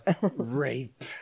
rape